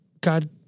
God